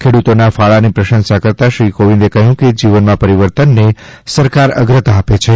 ખેડૂતોના ફાળાની પ્રશંસા કરતાં શ્રી કોવિદે કહ્યુંકે જીવનમાં પરિવર્તનને સરકાર અગ્રતા આપે છે